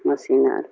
machine اور